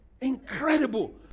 Incredible